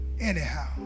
anyhow